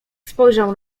spojrzał